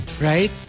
Right